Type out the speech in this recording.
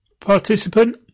participant